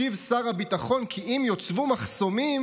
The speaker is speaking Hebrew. השיב שר הביטחון כי אם יוצבו מחסומים,